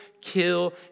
kill